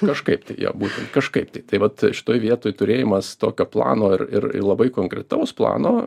kažkaip tai jo būtent kažkaip tai tai vat šitoj vietoj turėjimas tokio plano ir ir ir labai konkretaus plano